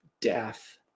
death